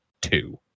two